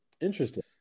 Interesting